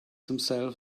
himself